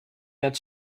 that